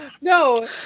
No